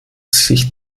sich